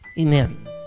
Amen